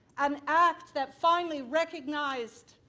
an act that finally recognizeed